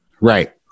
right